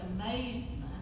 amazement